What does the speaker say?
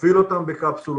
נפעיל אותם בקפסולות.